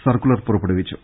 സർക്കു ലർ പുറപ്പെടുവിച്ചു